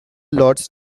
lots